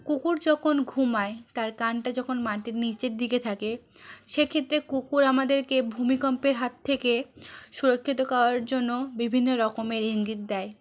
কুকুর যখন ঘুমায় তার কানটা যখন মাটির নীচের দিকে থাকে সেক্ষেত্রে কুকুর আমাদেরকে ভূমিকম্পের হাত থেকে সুরক্ষিত করার জন্য বিভিন্ন রকমের ইঙ্গিত দেয়